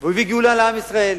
והוא הביא גאולה לעם ישראל,